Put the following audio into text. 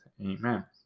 Amen